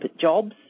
jobs